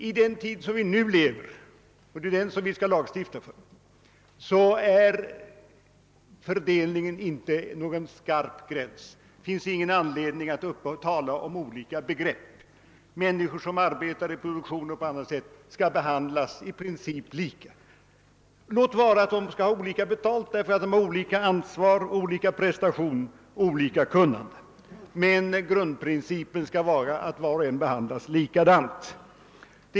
I den tid som vi nu lever i — och det är för den vi skall lagstifta — förekommer det inte någon skarp gräns, och det finns ingen anledning att människor som arbetar i produktionen inte skall behandlas i princip lika, låt vara att de bör ha olika betalt därför att de har olika ansvar, gör olika prestationer och har olika kunnande. Grundprincipen bör dock vara att alla skall behandlas lika.